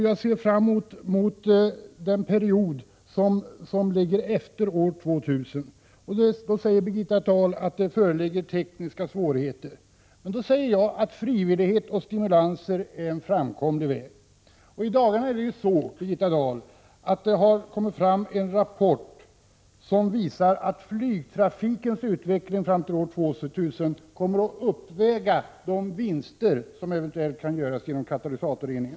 Jag ser då fram mot den period som kommer efter år 2000. Birgitta Dahl säger att det föreligger tekniska svårigheter. Men jag säger att frivillighet och stimulanser är en framkomlig väg. I dagarna har en rapport publicerats som visar att flygtrafikens utveckling fram till år 2000 kommer att uppväga de vinster som eventuellt kan göras genom katalysatorreningen.